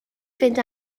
fynd